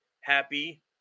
happy